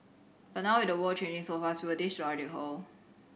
but now at the world changing so fast will this logic hold